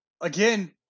again